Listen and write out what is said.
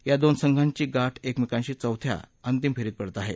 या दोन संघांची गाठ एकमेकांशी चौथ्यांदा अंतिम फेरीत पडत आहे